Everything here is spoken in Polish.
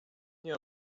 nie